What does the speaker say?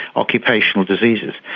occupational diseases.